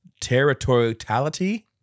territoriality